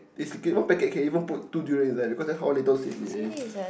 basically one packet can even put two durian inside because that's how little seed there is